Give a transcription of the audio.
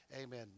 amen